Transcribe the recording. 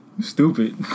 Stupid